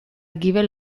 gibel